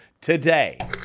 today